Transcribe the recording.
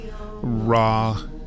raw